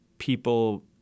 people